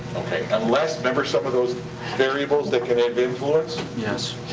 unless, remember some of those variables that can have influence? yes.